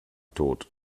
tot